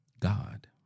God